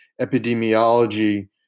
epidemiology